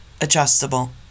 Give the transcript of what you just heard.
adjustable